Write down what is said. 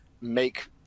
make